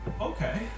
Okay